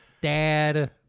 dad